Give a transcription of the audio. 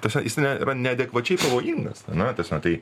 tasme jis ne nėra neadekvačiai pavojingas ane tasme tai